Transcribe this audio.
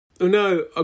no